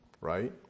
right